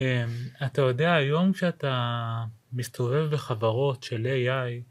אתה יודע היום כשאתה מסתובב בחברות של AI.